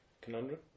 conundrum